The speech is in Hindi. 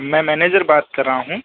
मैं मैनेजर बात कर रहा हूँ